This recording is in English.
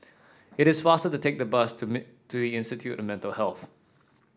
it is faster to take the bus to to Institute of Mental Health